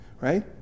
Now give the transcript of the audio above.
right